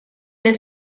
del